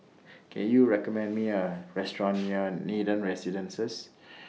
Can YOU recommend Me A Restaurant near Nathan Residences